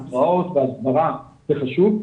התראות והסברה זה חשוב,